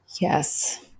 Yes